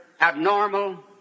abnormal